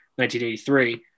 1983